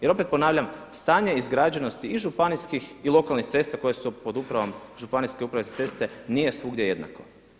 Jer opet ponavljam stanje izgrađenosti i županijskih i lokalnih cesta koje su pod upravom, županijske uprave za ceste nije svugdje jednako.